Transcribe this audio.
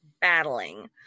battling